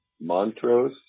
Montrose